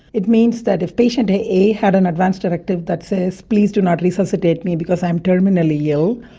it means that if patient a a had an advance directive that says please do not resuscitate me because i am terminally ill,